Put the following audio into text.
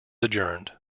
adjourned